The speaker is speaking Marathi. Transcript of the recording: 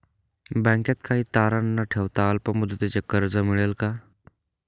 बँकेत काही तारण न ठेवता अल्प मुदतीचे कर्ज मिळेल का?